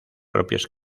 propios